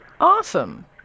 Awesome